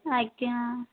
ଆଜ୍ଞା